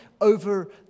over